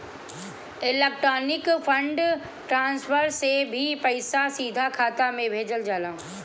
electronic fund transfer से भी पईसा सीधा खाता में भेजल जाला